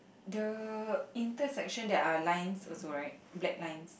the intersection there are lines also right black lines